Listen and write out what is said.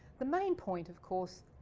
the main point of course,